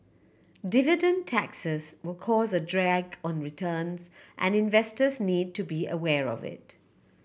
dividend taxes will cause a drag on returns and investors need to be aware of it